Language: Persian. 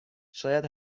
شاید